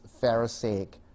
pharisaic